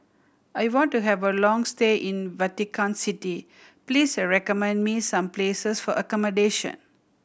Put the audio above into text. I want to have a long stay in Vatican City Please recommend me some places for accommodation